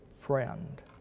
friend